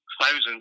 thousands